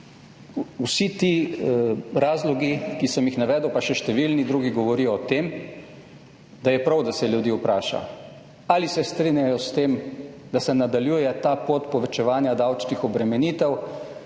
vsi ti razlogi, ki sem jih navedel, pa še številni drugi govorijo o tem, da je prav, da se ljudi vpraša ali se strinjajo s tem, da se nadaljuje ta pot povečevanja davčnih obremenitev,